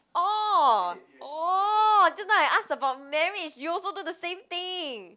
orh orh just now I asked about marriage you also do the same thing